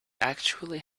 actually